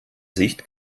sicht